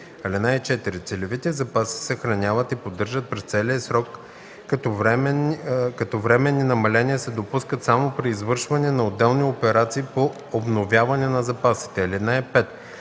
(4) Целевите запаси се съхраняват и поддържат през целия срок, като временни намаления се допускат само при извършване на отделни операции по обновяване на запасите. (5)